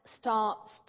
starts